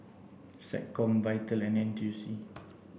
SecCom VITAL and N T U C